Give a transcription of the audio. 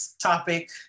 topic